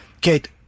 Kate